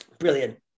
Brilliant